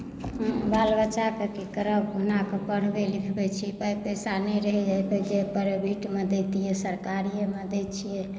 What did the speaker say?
बाल बच्चाके की करब कहुनाके पढ़बैत लिखबैत छी पाइ पैसा नहि रहैए जे प्राइवेटमे दैतियै सरकारीयेमे दैत छियै